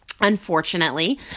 Unfortunately